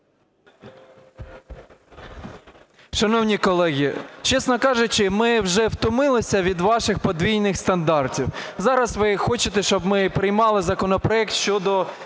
Шановні колеги, чесно кажучи, ми вже втомилися від ваших подвійних стандартів. Зараз ви хочете, щоб ми приймали законопроект щодо